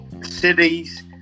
cities